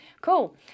Cool